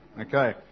Okay